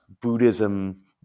Buddhism